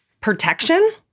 protection